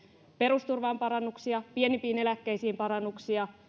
perusturvaan parannuksia pienimpiin eläkkeisiin parannuksia